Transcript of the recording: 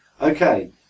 Okay